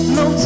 no